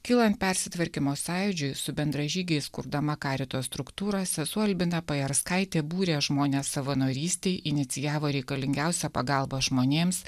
kylant persitvarkymo sąjūdžiui su bendražygiais kurdama karito struktūras sesuo albina pajarskaitė būrė žmones savanorystei inicijavo reikalingiausią pagalbą žmonėms